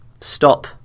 stop